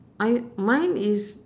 I mine is